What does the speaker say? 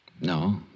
No